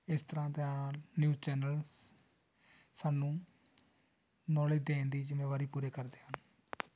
ਇਸ ਤਰ੍ਹਾਂ ਦੇ ਨਾਲ ਨਿਊਜ਼ ਚੈਨਲਸ ਸਾਨੂੰ ਨੌਲੇਜ ਦੇਣ ਦੀ ਜ਼ਿੰਮੇਵਾਰੀ ਪੂਰੀ ਕਰਦੇ ਹਨ